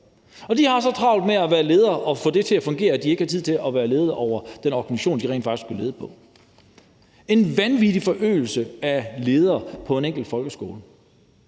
og de har så travlt med at være ledere og få det til at fungere, at de ikke har tid til at være ledere for den organisation, de rent faktisk skulle lede. Det er en vanvittig forøgelse af ledere på en enkelt folkeskole.